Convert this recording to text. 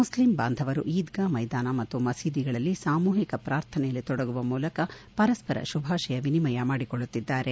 Muslim ಬಾಂಧವರು ಈದ್ಗಾ ಮೈದಾನ ಮತ್ತು ಮಸೀದಿಗಳಲ್ಲಿ ಸಾಮೂಹಿಕ ಪ್ರಾರ್ಥನೆಯಲ್ಲಿ ತೊಡಗುವ ಮೂಲಕ ಪರಸ್ವರ ಶುಭಾಷಯ ವಿನಿಮಯ ಮಾಡಿಕೊಳ್ಳುತ್ತಿದ್ದಾರೆ